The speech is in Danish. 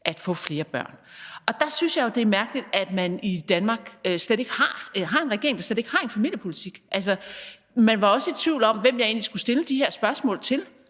at få flere børn. Der synes jeg jo, det er mærkeligt, at Danmark har en regering, der slet ikke har en familiepolitik. Man var også i tvivl om, hvem jeg egentlig skulle stille de her spørgsmål til,